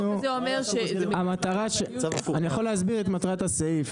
אני יכול להסביר את מטרת הסעיף.